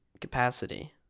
capacity